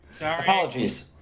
Apologies